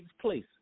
place